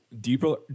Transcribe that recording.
deeper